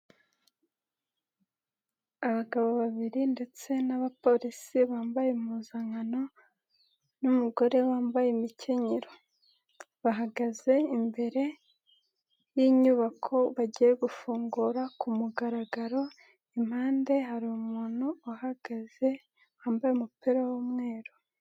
Abagabo babiri ndetse n'abapolisi bambaye impuzankano n'umugore wambaye imikenyero, bahagaze imbere y'inyubako bagiye gufungura mugaragaro. Impande hari umuntu uhagaze wambaye umupira w'umweru.